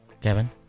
Kevin